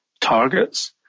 targets